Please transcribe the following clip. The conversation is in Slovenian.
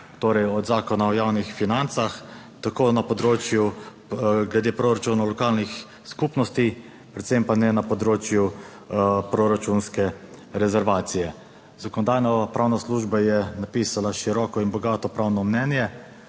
torej od Zakona o javnih financah, tako na področju glede proračunov lokalnih skupnosti, predvsem pa ne na področju proračunske rezervacije. Zakonodajno-pravna služba je napisala široko in bogato pravno mnenje,